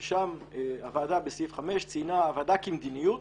ששם הוועדה בסעיף 5 ציינה: 'הוועדה כמדיניות